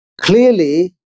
clearly